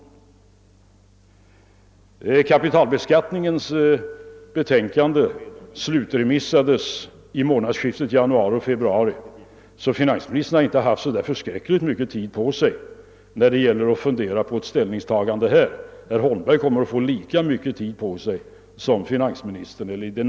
Remissbehandlingen av kapitalskatteberedningens betänkande avslutades vid månadsskiftet januari—februari, «så finansministern har inte haft så förfärligt mycket tid på sig att fundera på ett ställningstagande. Herr Holmberg kommer att få i det närmaste lika mycket tid som finansministern.